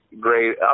great